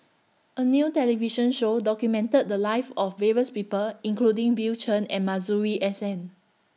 A New television Show documented The Lives of various People including Bill Chen and Masuri S N